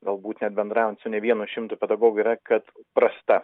galbūt nebendraujant su ne vienu šimtu pedagogų yra kad prasta